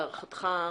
להערכתך,